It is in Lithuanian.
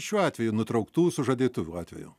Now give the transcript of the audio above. šiuo atveju nutrauktų sužadėtuvių atveju